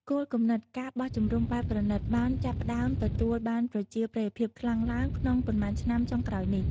គោលគំនិត ការបោះជំរំបែបប្រណីត បានចាប់ផ្តើមទទួលបានប្រជាប្រិយភាពខ្លាំងឡើងក្នុងប៉ុន្មានឆ្នាំចុងក្រោយនេះ។